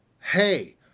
hey